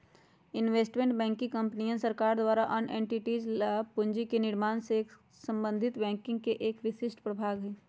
investment banking कंपनियन, सरकारों और अन्य एंटिटीज ला पूंजी के निर्माण से संबंधित बैंकिंग के एक विशिष्ट प्रभाग हई